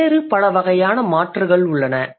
வேறு பல வகையான மாற்றுகள் உள்ளன